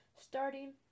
starting